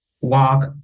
walk